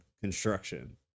construction